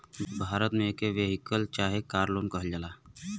भारत मे एके वेहिकल चाहे कार लोन कहल जाला